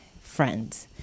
friends